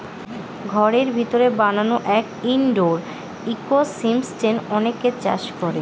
ঘরের ভিতরে বানানো এক ইনডোর ইকোসিস্টেম অনেকে চাষ করে